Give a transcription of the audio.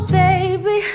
baby